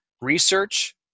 research